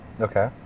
Okay